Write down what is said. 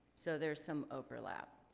so there's some overlap.